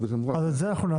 אז את זה אנחנו נעשה היום.